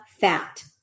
fat